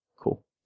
Cool